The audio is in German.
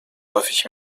häufig